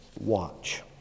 watch